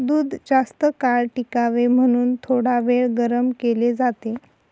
दूध जास्तकाळ टिकावे म्हणून थोडावेळ गरम केले जाते